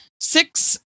six